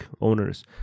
owners